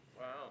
Wow